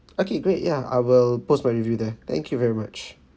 okay great ya I will post my review there thank you very much